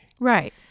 Right